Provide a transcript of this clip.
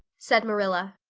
said marilla.